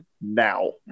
now